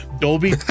Dolby